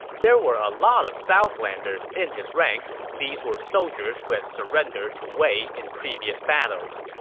there were a lot of southlanders in his ranks. these were soldiers who had surrendered to wei in previous battles.